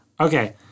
Okay